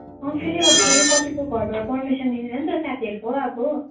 अँ फेरि फेरि कतिको घरबाट पर्मिसन दिँदैन नि त साथीहरूको अब